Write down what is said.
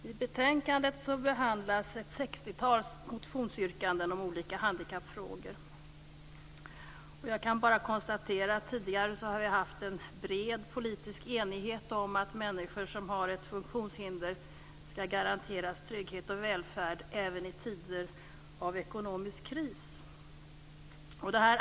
Herr talman! I betänkandet behandlas ett sextiotal motionsyrkanden om olika handikappfrågor. Jag kan bara konstatera att det tidigare rått en bred politisk enighet om att människor som har ett funktionshinder skall garanteras trygghet och välfärd även i tider av ekonomisk kris.